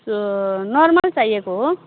normal चाहिएको हो